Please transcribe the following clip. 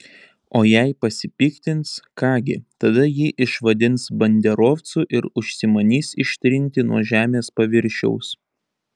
o jei pasipiktins ką gi tada jį išvadins banderovcu ir užsimanys ištrinti nuo žemės paviršiaus